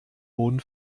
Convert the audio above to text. boden